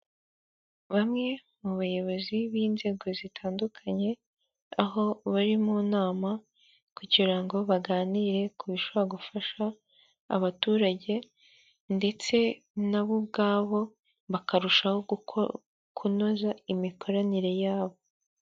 Bamwe mu bayobozi b'inzego zitandukanye aho bari mu nama kugira ngo baganire ku bishobora gufasha abaturage ndetse nabo ubwabo bakarushaho kunoza imikoranire yabo.